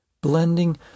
blending